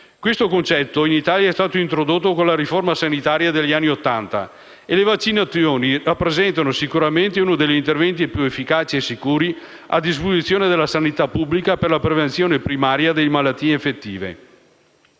questo concetto è stato introdotto con la riforma sanitaria degli anni Ottanta e le vaccinazioni rappresentano sicuramente uno degli interventi più efficaci e sicuri a disposizione della sanità pubblica per la prevenzione primaria delle malattie infettive.